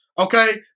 okay